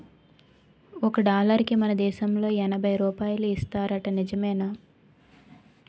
ఒక డాలరుకి మన దేశంలో ఎనబై రూపాయలు ఇస్తారట నిజమేనా